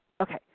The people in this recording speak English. Okay